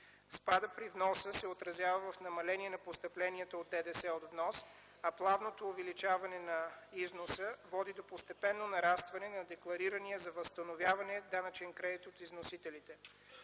Спадът при вноса се отразява в намаления на постъпленията от ДДС от внос, а плавното увеличаване на износа води до постепенно нарастване на декларирания за възстановяване данъчен кредит от износителите.